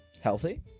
Healthy